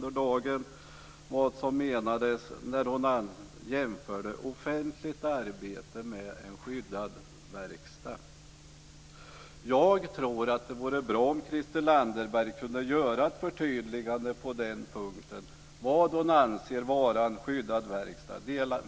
Det gäller vad hon menade när hon jämförde offentligt arbete med en skyddad verkstad. Jag tror att det vore bra om Christel Anderberg kunde göra ett förtydligande på den punkten. Vad anser hon vara en skyddad verkstad?